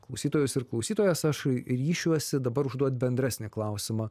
klausytojus ir klausytojas aš ryšiuosi dabar užduot bendresnį klausimą